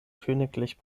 königlich